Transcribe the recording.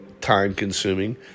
Time-consuming